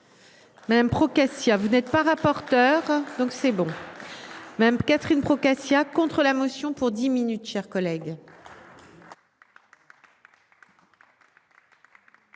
Madame pro-caisse si. Ah vous n'êtes pas rapporteur donc c'est bon. Même Catherine Procaccia contre la motion pour 10 minutes, chers collègues.